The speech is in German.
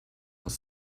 aus